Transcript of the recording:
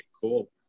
Cool